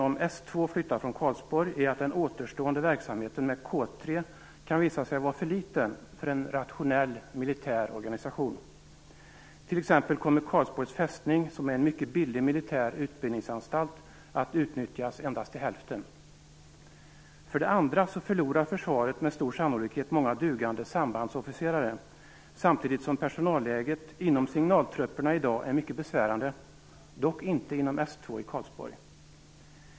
Om S 2 flyttas från Karlsborg finns risken att återstående verksamhet vid K 3 visar sig vara för liten för en rationell militär organisation. T.ex. kommer Karlsborgs fästning, som är en mycket billig militär utbildningsanstalt, att utnyttjas endast till hälften. För det andra förlorar försvaret med stor sannolikhet många dugliga sambandsofficerare, samtidigt som personalläget inom signaltrupperna i dag är mycket besvärande - dock inte inom S 2 i Karlsborg.